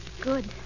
Good